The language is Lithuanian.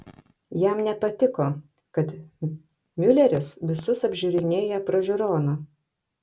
jam nepatiko kad miuleris visus apžiūrinėja pro žiūroną